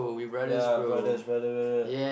yeah brothers brother brother brother